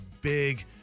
big